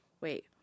Wait